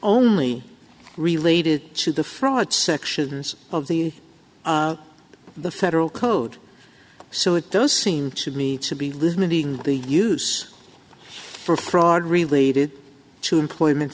only related to the fraud sections of the the federal code so it does seem to me to be limiting the use for fraud related to employment